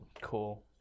Cool